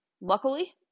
luckily